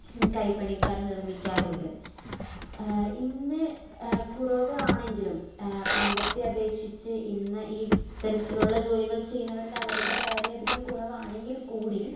കൈപ്പണിക്കാർ നിർമ്മിക്കാറുണ്ട് ഇന്ന് കുറവ് ആണെങ്കിലും പണ്ടത്തെ അപേക്ഷിച്ച് ഇന്ന് ഇത്തരത്തിലുള്ള ജോലികൾ ചെയ്യുന്നവരുടെ അളവുകൾ വളരെ അധികം കുറവാണെങ്കിൽ കൂടി